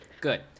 Good